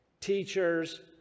teachers